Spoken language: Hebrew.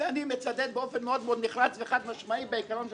ואני מצדד באופן מאוד מאוד נחרץ וחד-משמעי בעיקרון של